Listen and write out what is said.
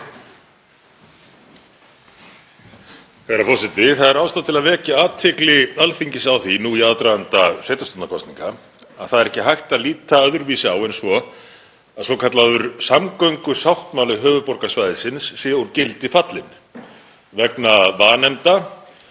Það er ástæða til að vekja athygli Alþingis á því nú í aðdraganda sveitarstjórnarkosninga að það er ekki hægt að líta öðruvísi á en svo að svokallaður samgöngusáttmáli höfuðborgarsvæðisins sé úr gildi fallinn vegna vanefnda,